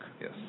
Yes